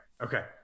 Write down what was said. Okay